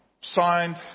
Signed